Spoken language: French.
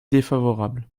défavorable